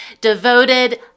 Devoted